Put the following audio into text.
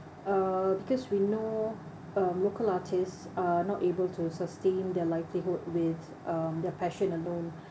uh because we know um local artists are not able to sustain their livelihood with um their passion alone